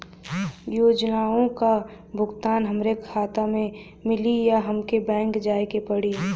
योजनाओ का भुगतान हमरे खाता में मिली या हमके बैंक जाये के पड़ी?